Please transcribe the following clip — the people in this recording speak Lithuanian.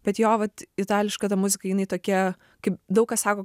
bet jo vat itališka ta muzika jinai tokia kaip daug kas sako